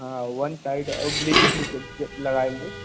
हाँ one side और bleaching उलीचिंग भी लगाएएँगे